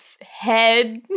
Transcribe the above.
head